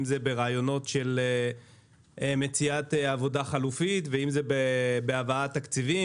אם ברעיונות על מציאת עבודה חלופית ואם בהבאת תקציבים